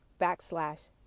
backslash